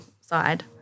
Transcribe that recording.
side